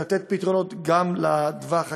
כדי לתת פתרונות גם לטווח הקצר,